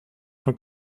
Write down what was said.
vom